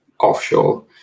offshore